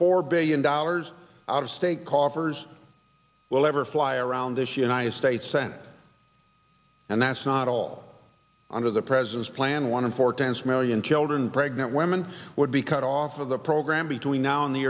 four billion dollars out of state coffers will ever fly around this united states senate and that's not all under the president's plan one in four chance million children pregnant women would be cut off of the program between now and the